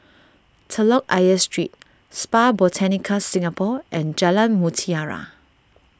Telok Ayer Street Spa Botanica Singapore and Jalan Mutiara